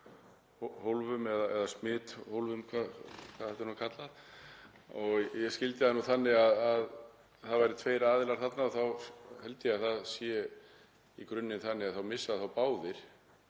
eða smithólfum eða hvað þetta er nú kallað og ég skildi það þannig að það væru tveir aðilar þarna og þá held ég að það sé í grunninn þannig að þeir missa það báðir